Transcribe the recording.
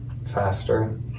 faster